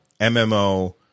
MMO